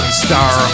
star